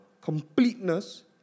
completeness